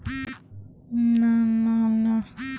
SIP র টাকা কী মাসে মাসে কাটবে?